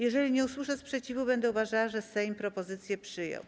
Jeżeli nie usłyszę sprzeciwu, będę uważała, że Sejm propozycję przyjął.